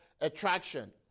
attraction